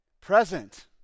Present